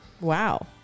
Wow